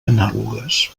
anàlogues